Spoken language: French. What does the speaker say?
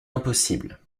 impossible